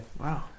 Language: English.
wow